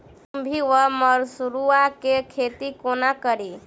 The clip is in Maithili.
खुम्भी वा मसरू केँ खेती कोना कड़ी?